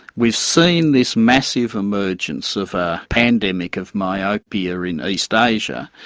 we've seen this massive emergence of a pandemic of myopia in east asia.